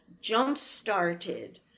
jump-started